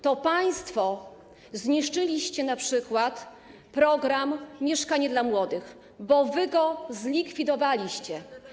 To państwo zniszczyliście np. program „Mieszkanie dla młodych”, bo wy go zlikwidowaliście.